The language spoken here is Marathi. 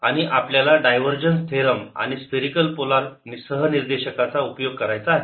आणि आपल्याला डायव्हरजन्स थेरम आणि स्फेरिकल पोलार सहनिर्देशक चा उपयोग करायचा आहे